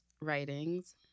writings